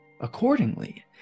accordingly